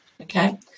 Okay